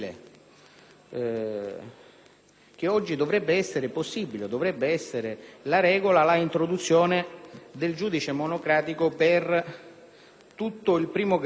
che oggi dovrebbe essere possibile e dovrebbe essere la regola l'introduzione del giudice monocratico per tutto il primo grado del processo civile.